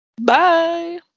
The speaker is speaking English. bye